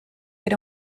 era